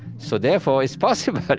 so therefore, it's possible. but